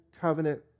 covenant